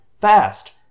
Fast